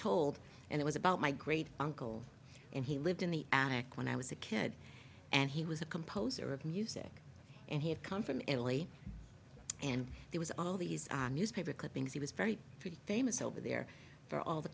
told and it was about my great uncle and he lived in the attic when i was a kid and he was a composer of music and he had come from l a and there was all these newspaper clippings he was very famous over there for all the